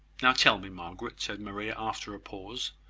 now tell me, margaret, said maria, after a pause,